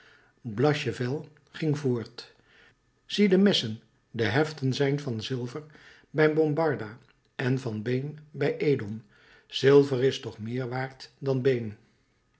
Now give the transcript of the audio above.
blachevelle ging voort zie de messen de heften zijn van zilver bij bombarda en van been bij edon zilver is toch meer waard dan been